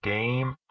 Game